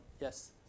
Yes